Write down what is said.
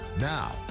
Now